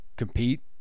compete